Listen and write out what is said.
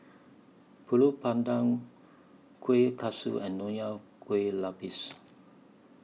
Pulut Panggang Kueh Kaswi and Nonya Kueh Lapis